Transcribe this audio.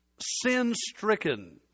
sin-stricken